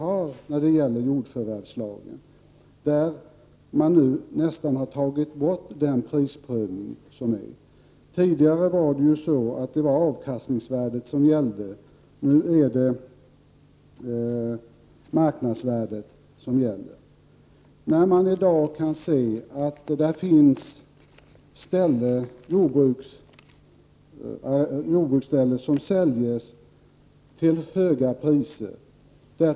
Man har när det gäller jordförvärvslagen nu nästan tagit bort prisprövningen. Tidigare var det ju avkastningsvärdet som gällde, nu är det i stället marknadsvärdet. Man kan i dag se att det finns jordbruk som säljs till höga priser.